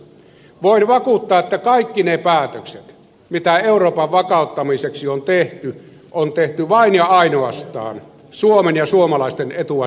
voin vakuuttaa että kaikki ne päätökset mitä euroopan vakauttamiseksi on tehty on tehty vain ja ainoastaan suomen ja suomalaisten etua silmällä pitäen